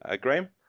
graham